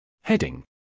Heading